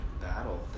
battle